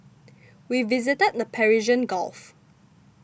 we visited the Persian Gulf